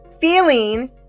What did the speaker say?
feeling